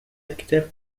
الكتاب